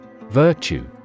Virtue